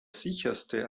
sicherste